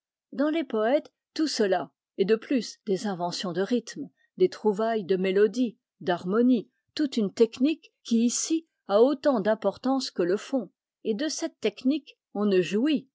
dans les poètes tout cela et de plus des inventions de rythme des trouvailles de mélodie d'harmonie toute une technique qui ici a autant d'importance que le fond et de cette technique on ne jouit